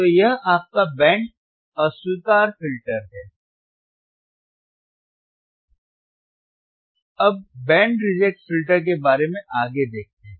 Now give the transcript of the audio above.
तो यह आपका बैंड अस्वीकार फ़िल्टर है अब बैंड रिजेक्ट फ़िल्टर के बारे में आगे देखते हैं